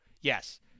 yes